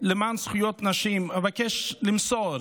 למען זכויות נשים, אבקש למסור,